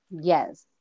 Yes